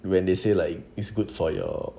when they say like it's good for your